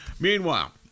Meanwhile